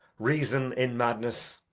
reason, in madness!